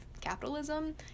capitalism